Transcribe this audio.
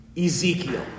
Ezekiel